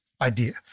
idea